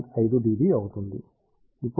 5 dB అవుతుంది